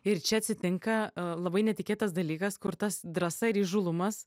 ir čia atsitinka labai netikėtas dalykas kur tas drąsa ir įžūlumas